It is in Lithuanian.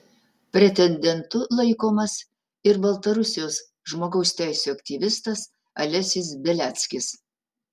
pretendentu laikomas ir baltarusijos žmogaus teisių aktyvistas alesis beliackis